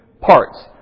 parts